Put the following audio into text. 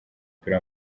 mupira